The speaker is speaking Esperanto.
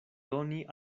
doni